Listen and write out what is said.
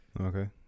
Okay